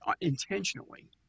intentionally